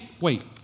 wait